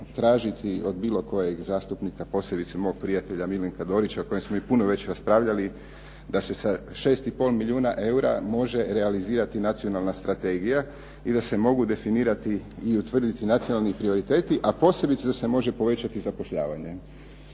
tražiti od bilo kojeg zastupnika, posebice mog prijatelja Miljenka Dorića, o kojem smo mi puno već raspravljali, da se sa 6 i pol milijuna eura može realizirati nacionalna strategija i da se mogu definirati i utvrditi nacionalni prioriteti, a posebice da se može povećati zapošljavanje.